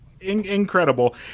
incredible